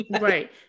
right